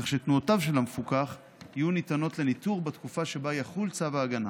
כך שתנועותיו של המפוקח יהיו ניתנות לניטור בתקופה שבה יחול צו ההגנה.